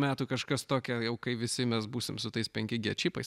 metų kažkas tokią jau kai visi mes būsim su tais penki gie čipais